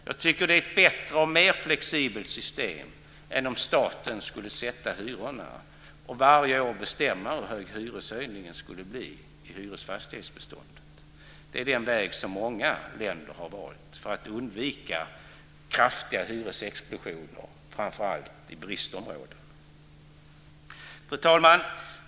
Jag tycker att det är ett bättre och mer flexibelt system än om staten skulle sätta hyrorna och varje år bestämma hur hög hyreshöjningen skulle bli i hyresfastighetsbeståndet. Den vägen har många länder valt för att undvika kraftiga hyresexplosioner, framför allt i områden med bostadsbrist. Fru talman!